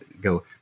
go